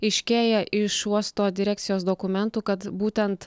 aiškėja iš uosto direkcijos dokumentų kad būtent